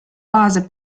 base